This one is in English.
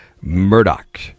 Murdoch